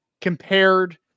compared